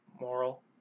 moral